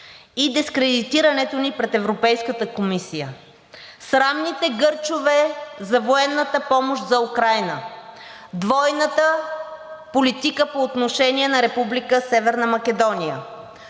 и дискредитирането ни пред Европейската комисия, срамните гърчове за военната помощ за Украйна, двойната политика по отношение на Република